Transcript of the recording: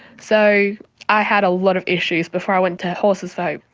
so i had a lot of issues before i went to horses for hope.